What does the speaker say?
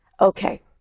Okay